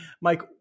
Mike